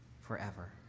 forever